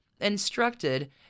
instructed